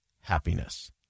happiness